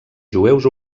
jueus